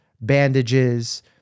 bandages